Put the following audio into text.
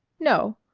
no,